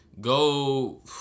Go